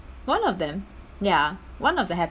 one of them ya one of the